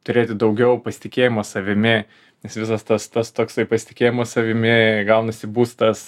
turėti daugiau pasitikėjimo savimi nes visas tas tas toksai pasitikėjimo savimi gaunasi būstas